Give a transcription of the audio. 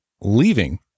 Leaving